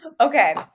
Okay